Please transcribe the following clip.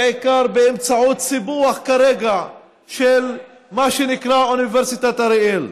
כרגע בעיקר באמצעות סיפוח של מה שנקרא אוניברסיטת אריאל.